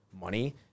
money